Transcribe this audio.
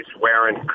wearing